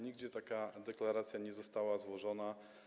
Nigdzie taka deklaracja nie została złożona.